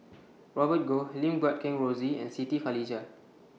Robert Goh Lim Guat Kheng Rosie and Siti Khalijah